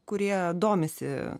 kurie domisi